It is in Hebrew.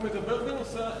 הוא מדבר על שר אחר.